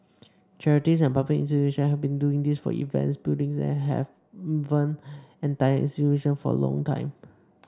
charities and public institutions have been doing this for events buildings and even entire institutions for a long time